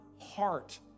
heart